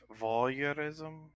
Voyeurism